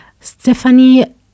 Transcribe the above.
Stephanie